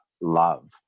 love